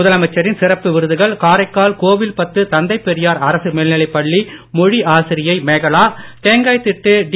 முதலமைச்சரின் சிறப்பு விருதுகள் காரைக்கால் கோவில்பத்து தந்தை பெரியார் அரசு மேல்நிலைப் பள்ளி மொழி ஆசிரியை மேகலா தேங்காய்திட்டு டி